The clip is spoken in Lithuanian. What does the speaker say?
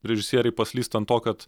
režisieriai paslysta ant to kad